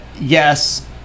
yes